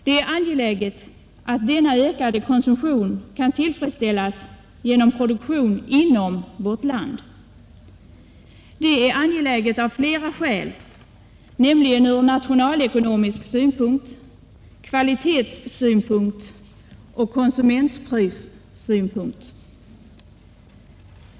Det är av flera skäl angeläget att denna ökade konsumtion kan tillfredsställas genom produktion inom vårt land — det är angeläget ur nationalekonomisk synpunkt, ur kvalitetssynpunkt och ur konsumentprissynpunkt.